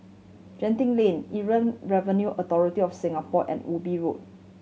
Genting Lane Inland Revenue Authority of Singapore and Ubi Road